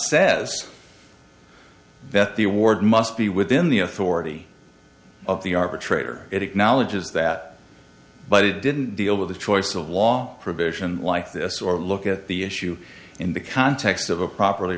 says that the award must be within the authority of the arbitrator it acknowledges that but it didn't deal with the choice of law provision like this or look at the issue in the context of a properly